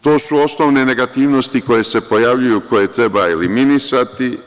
To su osnovne negativnosti koje se pojavljuju i koje treba eliminisati.